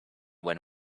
when